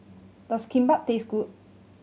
does Kimbap taste good